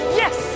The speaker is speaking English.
yes